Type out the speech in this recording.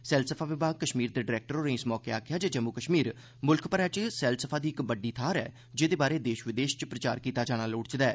सैलसफा विभाग कश्मीर दे डरैक्टर होरें आखेआ जे जम्मू कश्मीर मुल्ख मरै च सैलसफा दी इक बड्डी थाहर ऐ जेह्दे बारै देश विदेश च प्रचार कीता जाना लोड़चदा ऐ